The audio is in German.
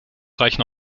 reichen